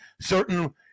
certain